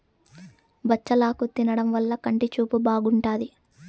బచ్చలాకు తినడం వల్ల కంటి చూపు బాగుంటాది